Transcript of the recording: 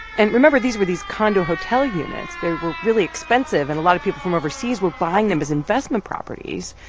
and remember, these were these condo-hotel units. they were really expensive, and a lot of people from overseas were buying them as investment properties,